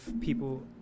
people